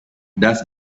does